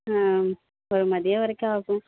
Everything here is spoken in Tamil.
ஒரு மதியம் வரைக்கும் ஆகும்